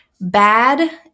bad